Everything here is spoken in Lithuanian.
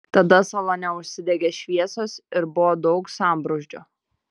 tada salone užsidegė šviesos ir buvo daug sambrūzdžio